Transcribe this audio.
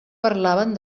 parlaven